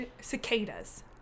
Cicadas